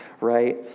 right